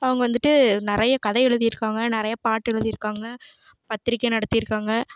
அவங்க வந்துவிட்டு நிறையா கதை எழுதி இருக்காங்க நிறையா பாட்டு எழுதி இருக்காங்க பத்திரிக்கை நடத்தி இருக்காங்க